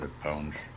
pounds